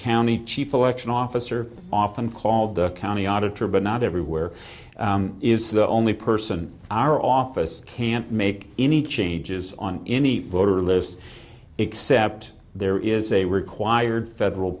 county chief election officer often called the county auditor but not everywhere is the only person our office can't make any changes on any voter list except there is a required federal